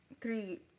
three